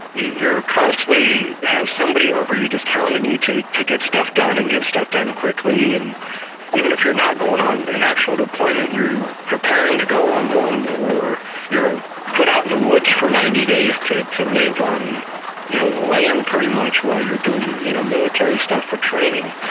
constantly have somebody over you just hounding you to to get stuff done and get stuff done quickly, and even if you're not going on an actual deployment, you're preparing to go on one, or you're ah put out in the woods for ninety days to to live on you know the land pretty much while you're doing you know military stuff for training.